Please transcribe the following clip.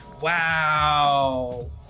Wow